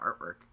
artwork